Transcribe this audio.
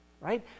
right